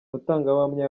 mutangabuhamya